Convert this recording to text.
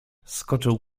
skoczył